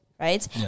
Right